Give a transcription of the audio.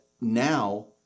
now